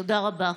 תודה רבה.